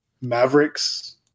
Mavericks